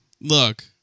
Look